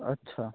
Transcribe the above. আচ্ছা